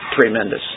tremendous